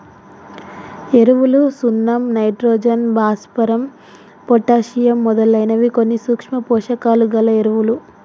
ఎరువులు సున్నం నైట్రోజన్, భాస్వరం, పొటాషియమ్ మొదలైనవి కొన్ని సూక్ష్మ పోషకాలు గల ఎరువులు